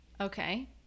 Okay